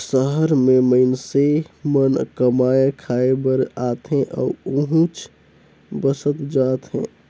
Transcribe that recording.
सहर में मईनसे मन कमाए खाये बर आथे अउ उहींच बसत जात हें